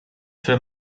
für